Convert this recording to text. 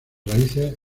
raíces